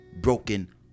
broken